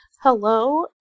Hello